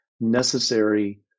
necessary